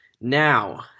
Now